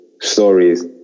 stories